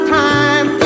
time